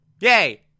Yay